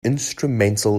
instrumental